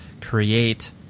create –